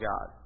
God